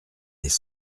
des